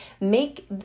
make